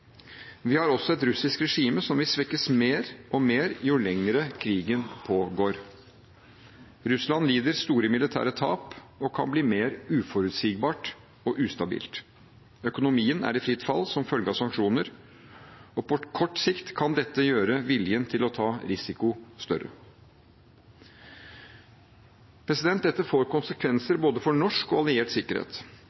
Vi har også et russisk regime som vil svekkes mer og mer jo lenger krigen pågår. Russland lider store militære tap og kan bli mer uforutsigbart og ustabilt. Økonomien er i fritt fall som følge av sanksjoner, og på kort sikt kan dette gjøre viljen til å ta risiko større. Dette får